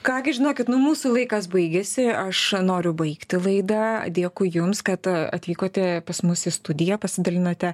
ką gi žinokit nu mūsų laikas baigėsi aš noriu baigti laidą dėkui jums kad atvykote pas mus į studiją pasidalinote